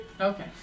Okay